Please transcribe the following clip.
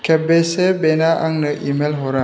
खेबबेसे बियो आंनो इमेल हरा